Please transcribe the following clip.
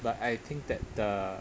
but I think that the